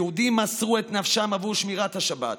יהודים מסרו את נפשם עבור שמירת השבת.